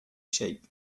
shape